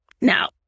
Now